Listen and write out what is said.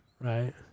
Right